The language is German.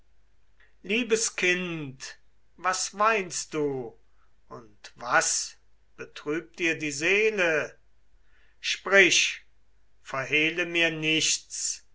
liebes kind was weinst du und was betrübt dir die seele sprich verhehle mir nichts